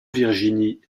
virginie